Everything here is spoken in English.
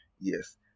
yes